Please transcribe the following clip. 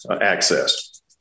access